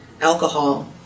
alcohol